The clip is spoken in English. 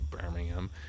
Birmingham